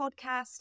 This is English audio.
podcast